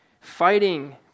fighting